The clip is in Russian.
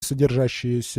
содержащиеся